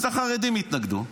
אז החרדים התנגדו.